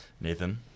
Nathan